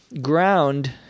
ground